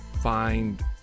find